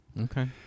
okay